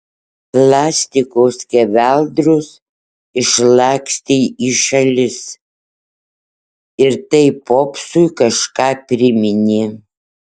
plastiko skeveldros išlakstė į šalis ir tai popsui kažką priminė